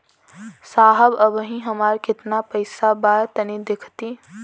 साहब अबहीं हमार कितना पइसा बा तनि देखति?